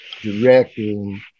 directing